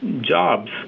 jobs